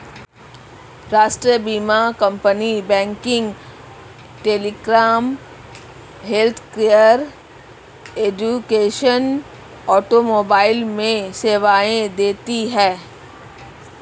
राष्ट्रीय बीमा company banking, telecom, healthcare, education, automobile में सेवाएं देती है